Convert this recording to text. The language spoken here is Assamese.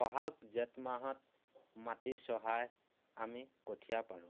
বহাগ জেঠ মাহত মাটি চহাই আমি কঠীয়া পাৰোঁ